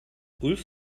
ulf